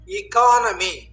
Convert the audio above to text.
economy